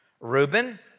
Reuben